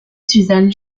suzanne